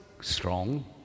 strong